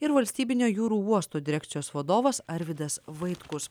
ir valstybinio jūrų uosto direkcijos vadovas arvydas vaitkus